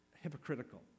hypocritical